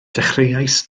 dechreuais